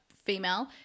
female